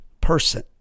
person